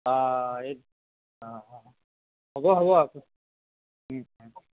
অ' এই হ'ব হ'ব